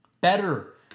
Better